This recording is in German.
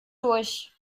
durch